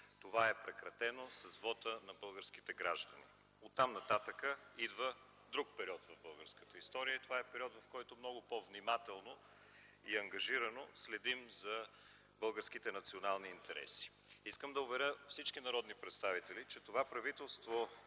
Това е прекратено с вота на българските граждани! Оттам-нататък идва друг период в българската история и това е период, в който много по-внимателно и ангажирано следим за българските национални интереси. Искам да уверя всички народни представители, че това правителство